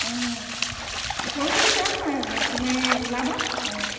অঁ এই পৰহিলৈ যাম তুমি ওলাবা